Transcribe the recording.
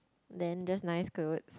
then just nice clothes